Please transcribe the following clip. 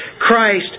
Christ